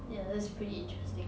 ya that's pretty interesting